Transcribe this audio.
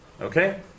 Okay